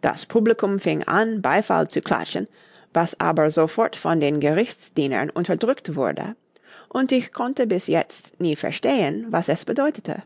das publikum fing an beifall zu klatschen was aber sofort von den gerichtsdienern unterdrückt wurde und ich konnte bis jetzt nie verstehen was es bedeutete